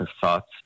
thoughts